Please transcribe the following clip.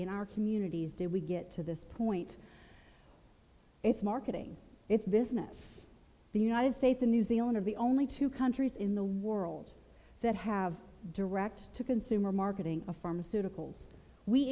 in our communities did we get to this point it's marketing its business the united states in new zealand of the only two countries in the world that have direct to consumer marketing of pharmaceuticals we